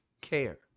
care